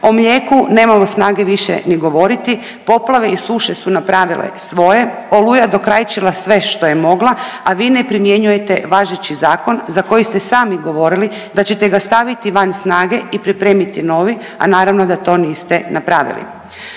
o mlijeku nemamo više snage ni govoriti, poplave i suše su napravile svoje, oluja je dokrajčila sve što je mogla, a vi ne primjenjujete važeći zakon za koji ste sami govorili da ćete ga staviti van snage i pripremiti novi, a naravno da to niste napravili.